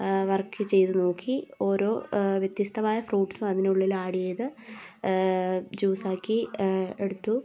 work ചെയ്ത് നോക്കി ഓരോ വ്യത്യസ്തമായ ഫ്രൂട്സും അതിനുള്ളിൽ ആഡ് ചെയ്ത് ജ്യൂസ് ആക്കി എടുത്തു